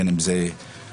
בין אם זה חווארה,